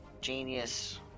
Genius